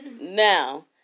Now